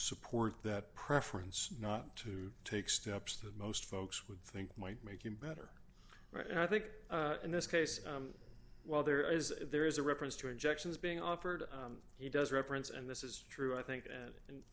support that preference not to take steps that most folks would think might make him better and i think in this case while there is there is a reference to injections being offered he does reference and this is true i think